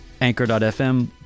anchor.fm